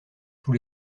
tous